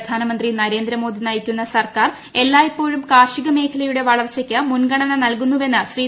പ്രധാനമന്ത്രി നരേന്ദ്ര മോദി നയിക്കുന്ന സർക്കാർ എല്ലായ്പ്പോഴും കാർഷിക മേഖലയുടെ വളർച്ചയ്ക്ക് മുൻഗണന നൽകുന്നുവെന്ന് ശ്രീ